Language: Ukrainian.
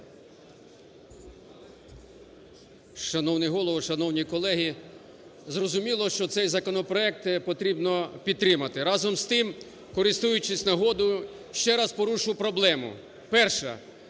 Шановний Голово, шановні колеги, зрозуміло, що цей законопроект потрібно підтримати. Разом з тим, користуючись нагодою, ще раз порушу проблему.